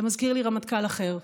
אתה מזכיר לי רמטכ"ל אחר: